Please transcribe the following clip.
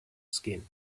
skin